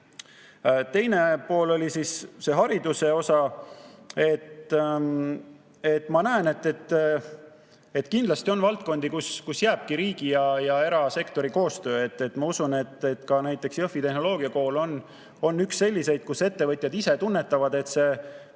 Teine pool oli hariduse osa. Ma näen, et kindlasti on valdkondi, kus jääbki riigi- ja erasektori koostöö. Ma usun, et ka näiteks Jõhvi tehnoloogiakool on üks selliseid, kus ettevõtjad ise tunnetavad, et see